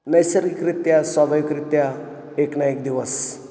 नैसर्गिकरित्या स्वाभविकरित्या एक ना एक दिवस